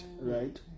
right